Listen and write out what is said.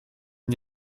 n’y